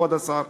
כבוד השר.